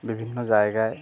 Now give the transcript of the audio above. বিভিন্ন জায়গায়